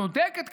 צודקת,